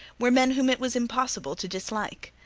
were men whom it was impossible to dislike.